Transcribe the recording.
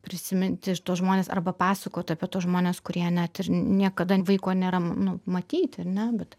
prisiminti tuos žmones arba pasakot apie tuos žmones kurie net ir niekada vaiko nėra nu matyti ar ne bet